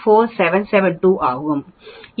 04772 ஆகும்